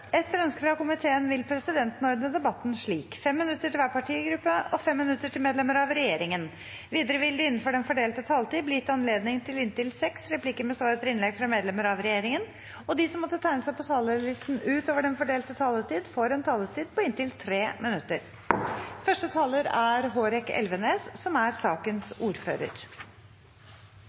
Etter ønske fra utenriks- og forsvarskomiteen vil presidenten ordne debatten slik: 5 minutter til hver partigruppe og 5 minutter til medlemmer av regjeringen. Videre vil det – innenfor den fordelte taletid – bli gitt anledning til inntil seks replikker med svar etter innlegg fra medlemmer av regjeringen, og de som måtte tegne seg på talerlisten utover den fordelte taletid, får en taletid på inntil 3 minutter.